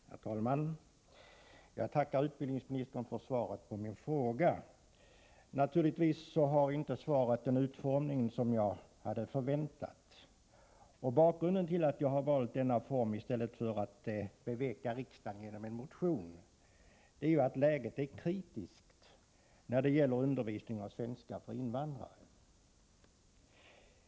Herr talman! Jag tackar utbildningsministern för svaret på min fråga. Naturligtvis har svaret inte den utformning som jag hade förväntat. Bakgrunden till att jag valt denna form, i stället för att försöka beveka riksdagen genom en motion, är att läget är kritiskt när det gäller undervisningen i svenska för invandrare.